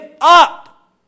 up